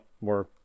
more